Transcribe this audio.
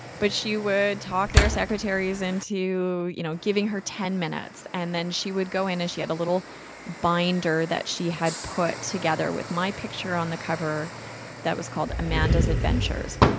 but she would talk their secretaries into, you know, giving her ten minutes. and then she would go in, and she had a little binder that she had put together with my picture on the cover that was called amanda's adventures.